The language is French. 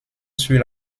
sur